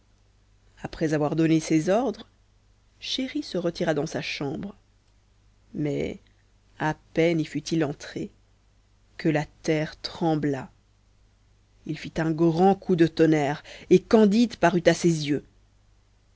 après avoir donné ces ordres chéri se retira dans sa chambre mais à peine fut-il entré que la terre trembla il fit un grand coup de tonnerre et candide parut à ses yeux